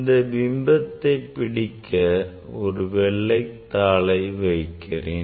இந்த பிம்பத்தை பிடிக்க ஒரு வெள்ளைத் தாளை வைக்கிறேன்